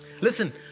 Listen